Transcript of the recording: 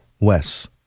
Wes